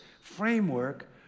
framework